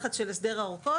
הלחץ של הסדר האורכות